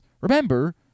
Remember